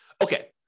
Okay